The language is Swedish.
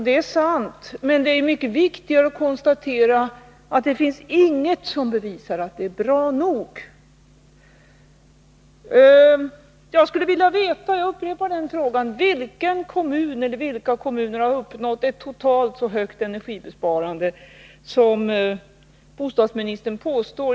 Det är sant, men det är mycket viktigare att konstatera att det inte finns någonting som bevisar att det är bra nog. Jag skulle vilja veta — jag upprepar den frågan: Vilka kommuner har totalt uppnått ett så högt energisparande som bostadsministern påstår?